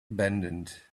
abandoned